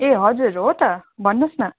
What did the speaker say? ए हजुर हो त भन्नुहोस् न